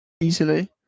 easily